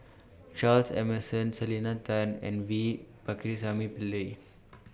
Charles Emmerson Selena Tan and V Pakirisamy Pillai